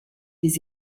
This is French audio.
des